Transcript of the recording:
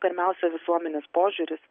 pirmiausia visuomenės požiūris